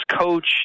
coach